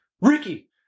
Ricky